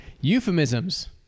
Euphemisms